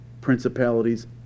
principalities